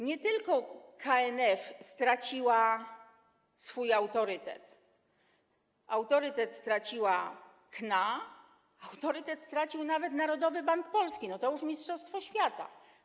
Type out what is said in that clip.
Nie tylko KNF straciła swój autorytet, autorytet straciła KNA, autorytet stracił nawet Narodowy Bank Polski - to już mistrzostwo świata.